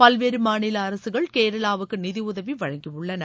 பல்வேறு மாநில அரசுகள் கேரளாவுக்கு நிதியுதவி வழங்கியுள்ளன